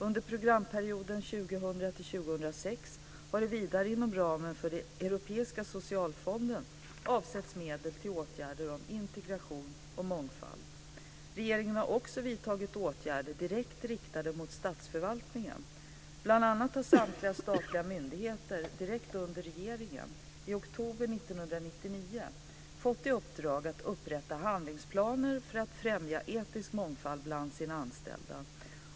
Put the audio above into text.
Under programperioden 2000-2006 har det vidare inom ramen för den europeiska socialfonden avsatts medel till åtgärder för integration och mångfald. Regeringen har också vidtagit åtgärder direkt riktade mot statsförvaltningen. Bland annat har samtliga statliga myndigheter direkt under regeringen i oktober 1999 fått i uppdrag att upprätta handlingsplaner för att främja etnisk mångfald bland sina anställda.